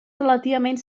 relativament